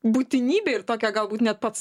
būtinybė ir tokia galbūt net pats